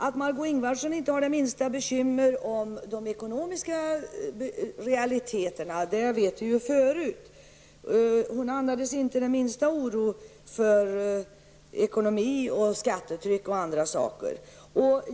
Att Margó Ingvardsson inte har det minsta bekymmer om de ekonomiska realiteterna, vet vi förut. Hon andades inte den minsta oro för ekonomi, skattetryck och andra saker.